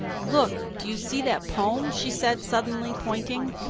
look do you see that poem? she said suddenly, pointing.